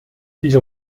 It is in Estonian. siis